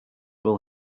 will